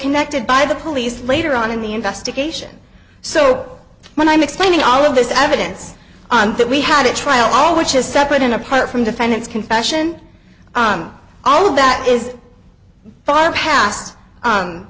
connected by the police later on in the investigation so when i'm explaining all of this evidence that we had at trial which is separate and apart from defendant's confession all of that is far past